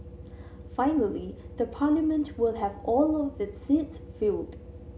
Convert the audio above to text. finally the Parliament will have all its seats filled